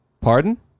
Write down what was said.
Pardon